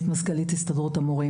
להוסיף.